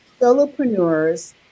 solopreneurs